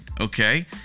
okay